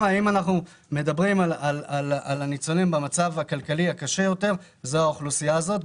הניצולים במצב הכלכלי הקשה יותר זה האוכלוסייה הזאת,